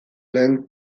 lehen